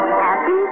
happy